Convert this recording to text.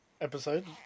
episode